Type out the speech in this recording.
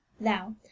thou